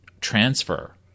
transfer